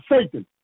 Satan